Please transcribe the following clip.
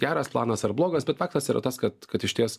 geras planas ar blogas bet faktas yra tas kad kad išties